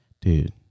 dude